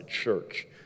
church